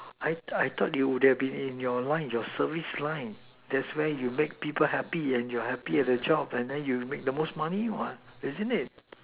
I I though it would be in your line your service line that's where you make people happy and you are happy and that's is where you make the most money what isn't it